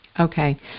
Okay